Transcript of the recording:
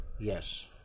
Yes